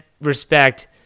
respect